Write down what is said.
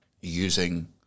using